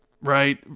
right